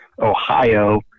Ohio